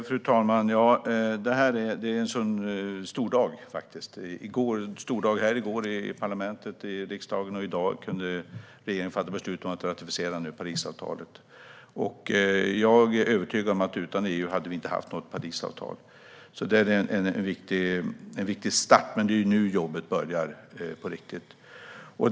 Fru talman! Det var en stor dag i riksdagen i går, och det är en stor dag i dag eftersom regeringen har kunnat fatta beslut om att ratificera Parisavtalet. Jag är övertygad om att utan EU hade vi inte haft något Parisavtal. Det var en viktig start, men det är nu jobbet börjar på riktigt.